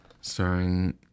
starring